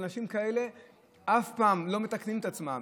אנשים כאלה אף פעם לא מתקנים את עצמם,